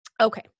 Okay